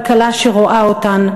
כלכלה שרואה אותן,